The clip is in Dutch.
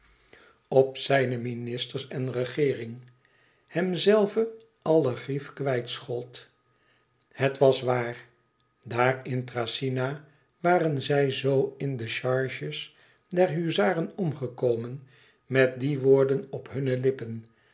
op zijne ministers en regeering hèmzelven alle grief kwijtschold het was waar daar in tracyna waren zij zoo in de charge's der huzaren omgekomen met die woorden op hunne lippen